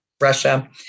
Russia